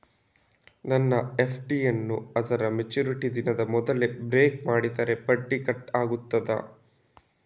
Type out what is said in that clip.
ನನ್ನ ಎಫ್.ಡಿ ಯನ್ನೂ ಅದರ ಮೆಚುರಿಟಿ ದಿನದ ಮೊದಲೇ ಬ್ರೇಕ್ ಮಾಡಿದರೆ ಬಡ್ಡಿ ಕಟ್ ಆಗ್ತದಾ?